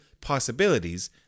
possibilities